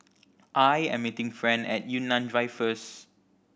I am meeting Fran at Yunnan Drive first